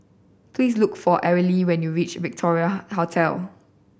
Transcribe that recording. please look for Arly when you reach Victoria Hotel